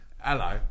Hello